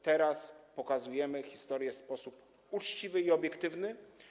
Teraz pokazujemy historię w sposób uczciwy i obiektywny.